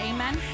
Amen